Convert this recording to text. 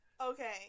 Okay